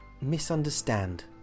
Misunderstand